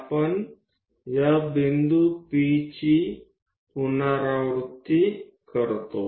આપણે આ P સુધી તેને પુનરાવર્તિત કરીશું